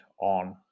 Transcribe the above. on